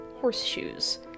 horseshoes